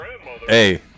Hey